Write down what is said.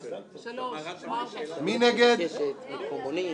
13, מי בעד?